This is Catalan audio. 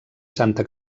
santa